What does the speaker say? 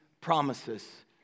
promises